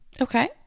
Okay